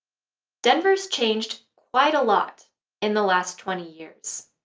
denver's changed quite a lot in the last twenty years